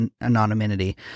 anonymity